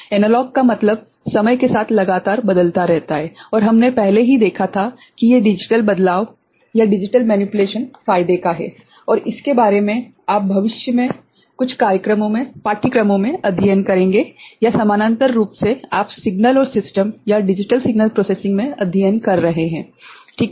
analogue का मतलब समय के साथ लगातार बदलता रहता है और हमने पहले ही देखा था कि ये डिजिटल बदलाव फायदे का है और इसके बारे में आप भविष्य के कुछ पाठ्यक्रमों में अध्ययन करेंगे या समानांतर रूप से आप सिग्नल और सिस्टम या डिजिटल सिग्नल प्रोसेसिंग में अध्ययन कर रहे हैं ठीक है